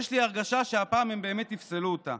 יש לי הרגשה שהפעם הם באמת יפסלו אותה.